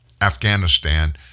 Afghanistan